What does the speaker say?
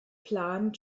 plan